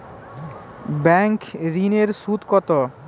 Bank ঋন এর সুদ কত?